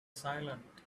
silent